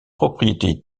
propriétés